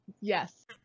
Yes